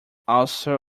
also